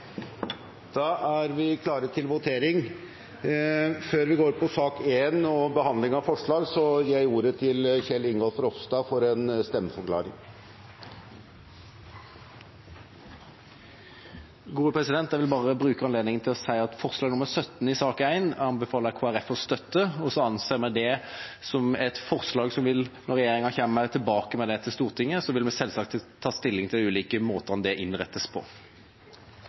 Da er Stortinget klar til å gå til votering. Før vi går på sak nr. 1 og behandlingen av forslag, gir jeg ordet til Kjell Ingolf Ropstad til en stemmeforklaring. Jeg vil bare benytte anledningen til å si at jeg anbefaler Kristelig Folkeparti å støtte forslag nr. 17 i sak nr. 1. Vi anser det som et forslag, og når regjeringa kommer tilbake med det til Stortinget, vil vi selvsagt ta stilling til ulike måter å innrette det på.